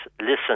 listen